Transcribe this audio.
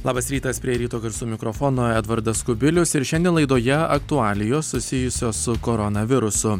labas rytas prie ryto garsų mikrofono edvardas kubilius ir šiandien laidoje aktualijos susijusios su koronavirusu